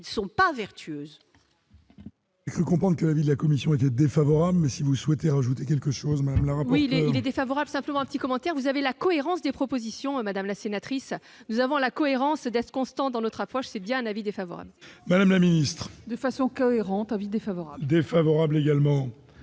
qui ne sont pas vertueuses.